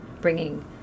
bringing